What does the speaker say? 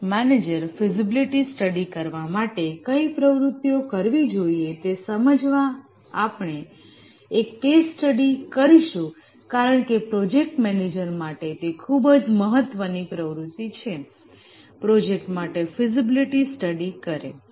project manager feasibility study કરવા માટે કંઈ પ્રવૃત્તિઓ કરવી જોઈએ તે સમજવા આપણે એક કેસ સ્ટડી કરશું કારણકે પ્રોજેક્ટ મેનેજર માટે તે ખૂબ જ મહત્વની પ્રવૃત્તિ છે કે પ્રોજેક્ટ માટે ફિઝિબિલિટી સ્ટડી કરે